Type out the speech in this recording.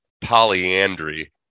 polyandry